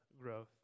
growth